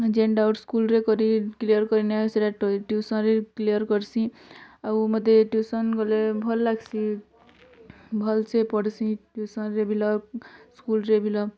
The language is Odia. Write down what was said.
ଜେନ୍ ଡ଼ାଉଟ୍ ସ୍କୁଲ୍ରେ କରି କ୍ଲିୟର୍ କରି ନାଇଁ ହୁଏ ସେଟା ଟିଉସନ୍ରେ କ୍ଲିୟର୍ କର୍ସି ଆଉ ମୋତେ ଟିଉସନ୍ ଗଲେ ଭଲ୍ ଲାଗ୍ସି ଭଲ୍ ସେ ପଢ଼୍ସି ଟିଉସନ୍ରେ ଭିଲ ସ୍କୁଲ୍ରେ ଭିଲ